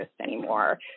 anymore